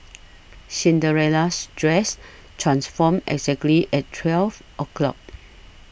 Cinderella's dress transformed exactly at twelve o' clock